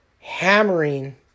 hammering